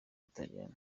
butaliyani